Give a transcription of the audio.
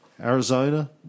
Arizona